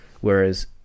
whereas